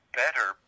better